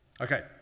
Okay